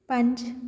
ਪੰਜ